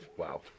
Wow